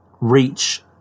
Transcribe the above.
reach